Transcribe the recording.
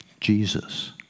Jesus